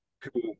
people